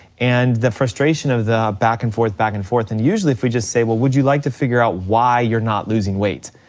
and the frustration of the back and forth, back and forth, and usually if we just say well, would you like to figure out why you're not losing weight?